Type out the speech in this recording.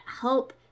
help